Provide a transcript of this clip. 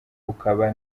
ukaba